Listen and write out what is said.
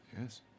Yes